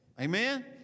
Amen